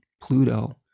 Pluto